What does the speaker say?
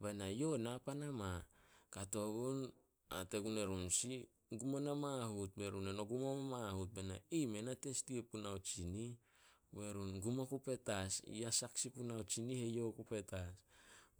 Bae na, "Yo na pan ama." Kato. "Gum ona mahut." Be run, "No gum oma mahut." "Mei nate stie punao tsinih." Be run, "Gum oku petas, ya sak sin punao tsinih eyouh ku petas."